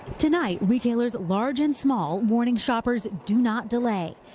tonight, retailers large and small warning shoppers do not delay.